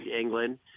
England